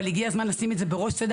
אבל הגיע הזמן לשים את זה בראש סדר